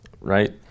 right